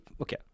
Okay